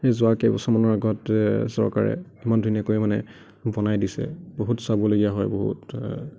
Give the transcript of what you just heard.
এই যোৱা কেইবছৰমান আগত চৰকাৰে ইমান ধুনীয়াকৈ মানে বনাই দিছে বহুয় চাবলগীয়া হয় বহুত